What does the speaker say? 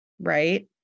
right